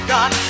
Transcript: God